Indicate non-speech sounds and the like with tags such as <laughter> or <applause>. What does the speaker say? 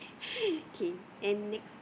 <laughs> K and next